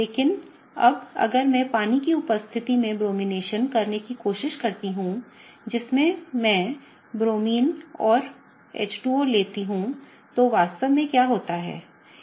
लेकिन अब अगर मैं पानी की उपस्थिति में ब्रोमिनेशन करने की कोशिश करती हूं जिसमें मैं Br2और H2O लेती हूं तो वास्तव में क्या होता है